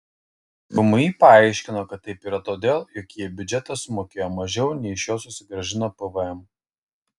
vmi paaiškino kad taip yra todėl jog jie į biudžetą sumokėjo mažiau nei iš jo susigrąžino pvm